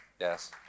Yes